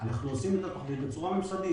אנחנו עושים את התוכנית בצורה ממסדית.